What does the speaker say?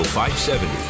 570